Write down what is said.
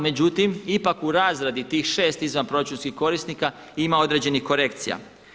Međutim, ipak u razradi tih 6 izvanproračunskih korisnika ima određenih korekcija.